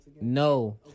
No